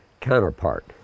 counterpart